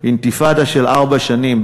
אינתיפאדה של ארבע שנים,